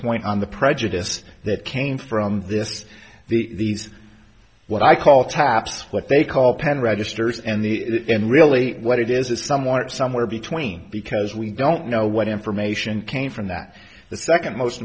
point on the prejudice that came from this these what i call taps what they call pen registers and really what it is is someone somewhere between because we don't know what information came from that the second most